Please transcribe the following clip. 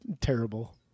terrible